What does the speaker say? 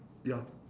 ya